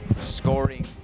Scoring